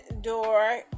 door